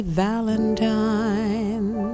valentine